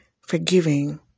forgiving